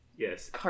Yes